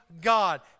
God